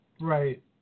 Right